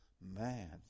Man